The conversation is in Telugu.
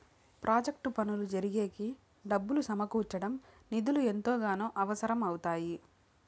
ప్రాజెక్టు పనులు జరిగేకి డబ్బులు సమకూర్చడం నిధులు ఎంతగానో అవసరం అవుతాయి